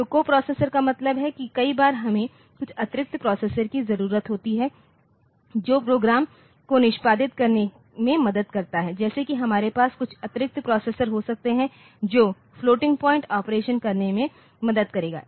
तो कोप्रोसेसर का मतलब है कि कई बार हमें कुछ अतिरिक्त प्रोसेसर कि जरूरत होती है जो प्रोग्राम को निष्पादित करने में मदद करता है जैसे कि हमारे पास कुछ अतिरिक्त प्रोसेसर हो सकते हैं जो फ़्लोटिंग पॉइंट ऑपरेशनकरने में मदद करेंगे